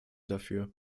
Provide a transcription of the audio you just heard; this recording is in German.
dafür